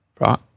right